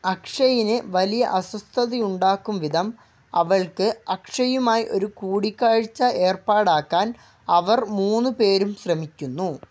അക്ഷയിന് വലിയ അസ്വസ്ഥതയുണ്ടാക്കുംവിധം അവൾക്ക് അക്ഷയ്യുമായി ഒരു കൂടിക്കാഴ്ച ഏർപ്പാടാക്കാൻ അവർ മൂന്ന് പേരും ശ്രമിക്കുന്നു